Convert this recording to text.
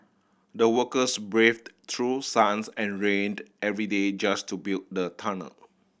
the workers braved through suns and rained every day just to build the tunnel